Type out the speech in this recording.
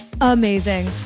Amazing